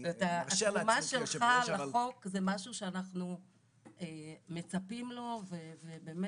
התרומה שלך לחוק זה משהו שאנחנו מצפים לו ובאמת